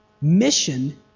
mission